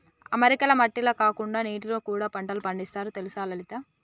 అమెరికాల మట్టిల కాకుండా నీటిలో కూడా పంటలు పండిస్తారు తెలుసా లలిత